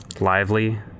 lively